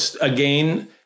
again